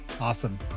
Awesome